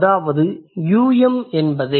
அதாவது 'um' என்பதே